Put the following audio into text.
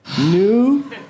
New